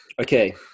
okay